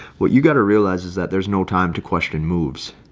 what you got to realize is that there's no time to question moves.